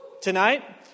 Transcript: tonight